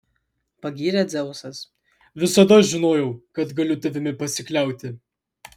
pagyrė dzeusas visada žinojau kad galiu tavimi pasikliauti